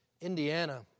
Indiana